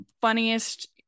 funniest